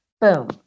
boom